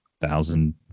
thousand